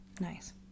Nice